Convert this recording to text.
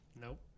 nope